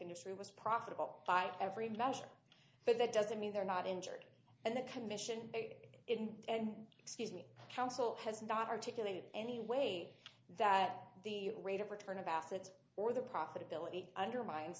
industry was profitable by every measure but that doesn't mean they're not injured and the commission in and excuse me council has not articulated any way that the rate of return about it or the profitability undermines